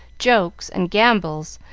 jokes, and gambols,